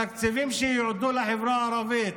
התקציבים שיועדו לחברה הערבית,